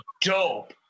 dope